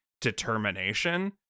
determination